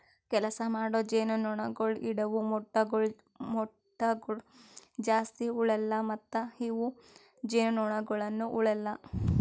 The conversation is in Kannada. ಕೆಲಸ ಮಾಡೋ ಜೇನುನೊಣಗೊಳ್ ಇಡವು ಮೊಟ್ಟಗೊಳ್ ಜಾಸ್ತಿ ಉಳೆಲ್ಲ ಮತ್ತ ಇವು ಜೇನುನೊಣಗೊಳನು ಉಳೆಲ್ಲ